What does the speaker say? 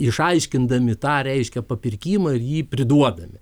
išaiškindami tą reiškia papirkimą ir jį priduodami